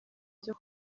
cyo